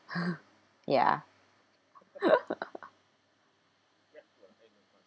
ya